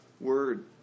word